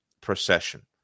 procession